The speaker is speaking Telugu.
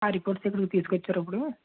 ఆ రిపోర్ట్సు ఇప్పుడు తీసుకొచ్చారా ఇప్పుడు